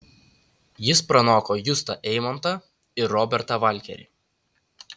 jis pranoko justą eimontą ir robertą valkerį